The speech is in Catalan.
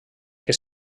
que